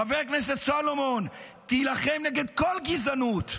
חבר הכנסת סולומון, תילחם נגד כל גזענות,